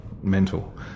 mental